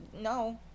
no